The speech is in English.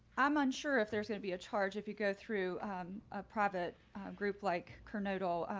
i'm unsure if there's going to be a charge if you go through a private group like coronado.